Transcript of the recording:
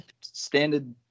standard